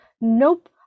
nope